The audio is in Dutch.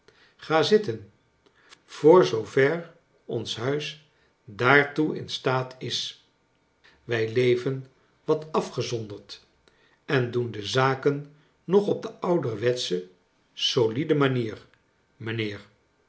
ga zitten voor zoo ver ons huis daartoe in staat is wij leven wat afgezonderd en doen de zaken nog op de ouderwetsche solide rnanier mijnheer